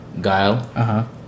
Guile